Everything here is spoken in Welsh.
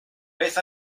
beth